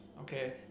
okay